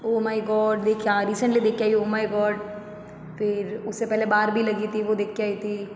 O my god देखा recently देख के आई हूँ ओ माय गॉड फिर उससे पहले बार्बी लगी थी वो देख के आई थी